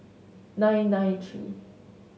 nine nine three